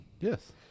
Yes